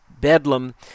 bedlam